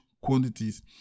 quantities